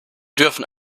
dürfen